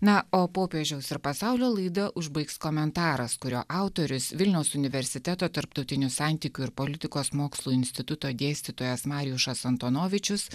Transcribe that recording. na o popiežiaus ir pasaulio laida užbaigs komentaras kurio autorius vilniaus universiteto tarptautinių santykių ir politikos mokslų instituto dėstytojas marijušas antonovičius